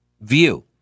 view